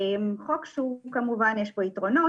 הוא חוק שכמובן יש בו יתרונות,